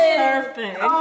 perfect